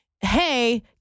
hey